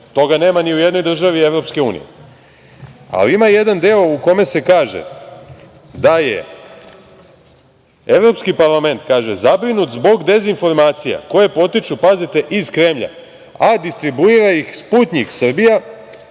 Toga nema ni u jednoj državi EU.Ima jedan deo u kome se kaže da je evropski parlament zabrinut zbog dezinformacija koje potiču, pazite, iz Kremlja, a distribuira ih „Sputnjik Srbija“,